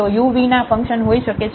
તેઓ u v ના function હોઈ શકે છે